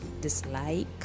dislike